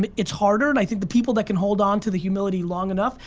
but it's harder and i think the people that can hold onto the humility long enough.